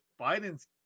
Biden's